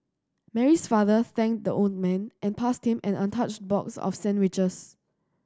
Mary's father thanked the old man and passed him an untouched box of sandwiches